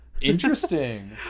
Interesting